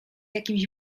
jakimś